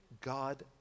God